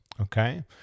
Okay